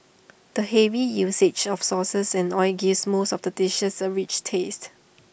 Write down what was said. the heavy usage of sauces and oil gives most of the dishes A rich taste